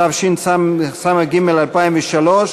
התשס"ג 2003,